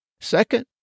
Second